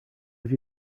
have